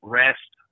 rest